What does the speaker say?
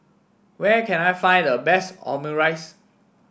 where can I find the best Omurice